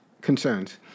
concerns